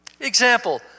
Example